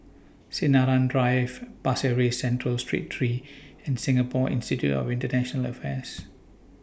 Sinaran Drive Pasir Ris Central Street three and Singapore Institute of International Affairs